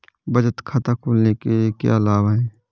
बचत खाता खोलने के क्या लाभ हैं?